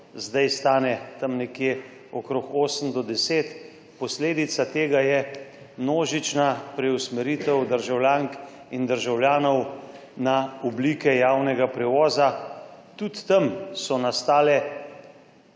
zdaj stane tam nekje okrog 8 do 10. Posledica tega je množična preusmeritev državljank in državljanov na oblike javnega prevoza. Tudi tam so nastale,